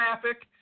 traffic